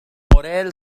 موريل